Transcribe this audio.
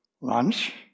lunch